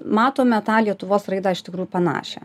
matome tą lietuvos raidą iš tikrųjų panašią